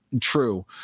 true